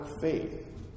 faith